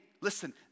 listen